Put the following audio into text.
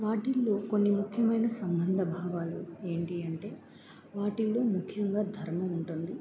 వాటిల్లో కొన్ని ముఖ్యమైన సంబంధ భావాలు ఏమిటి అంటే వాటిల్లో ముఖ్యంగా ధర్మం ఉంటుంది